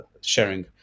sharing